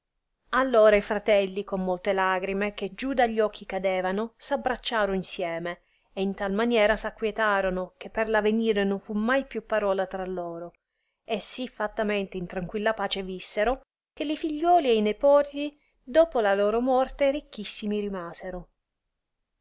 e fratelli con molte lagrime che giù da gli occhi cadevano s abbracciaro insieme e in tal maniera s aquietarono che per r avenire non fu mai più parola tra loro e sì fattamente in tranquilla pace vissero che li figliuoli e i nepoii dopo la loro morte ricchissimi rimasero